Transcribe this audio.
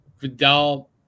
Vidal